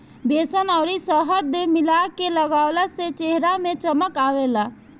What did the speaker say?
बेसन अउरी शहद मिला के लगवला से चेहरा में चमक आवेला